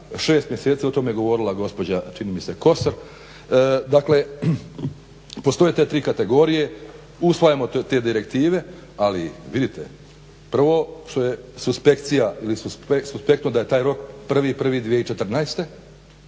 6 mjeseci, o tom je govorila gospođa čini mi se Kosor. Dakle postoje te tri kategorije, usvajamo te direktive, ali vidite što je suspektno da je taj rok 1.1.2014.,